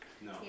No